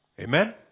Amen